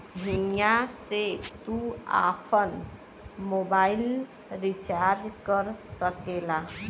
हिया से तू आफन मोबाइल रीचार्ज कर सकेला